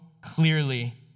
clearly